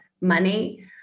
money